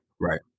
Right